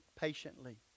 patiently